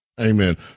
Amen